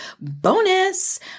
Bonus